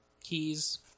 keys